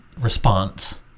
response